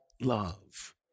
love